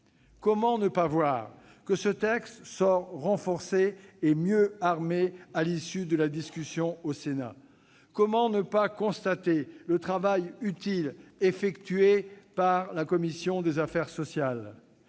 effet, ne pas voir que ce texte sort renforcé et mieux armé à l'issue de la discussion au Sénat ? Comment ne pas constater le travail utile effectué par la commission des affaires sociales ?